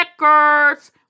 records